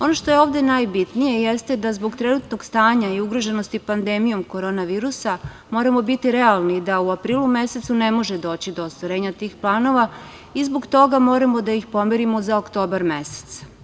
Ono što je ovde najbitnije jeste da zbog trenutnog stanja i ugroženosti pandemijom koronavirusa, moramo biti realni da u aprilu mesecu ne može doći do ostvarenja tih planova i zbog toga moramo da ih pomerimo za oktobar mesec.